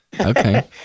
Okay